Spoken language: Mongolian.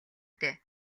дээ